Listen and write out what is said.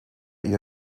ihr